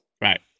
Right